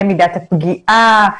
למידת הפגיעה,